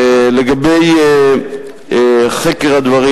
לגבי חקר הדברים,